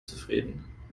zufrieden